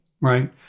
right